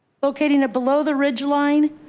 locating a below the ridge line.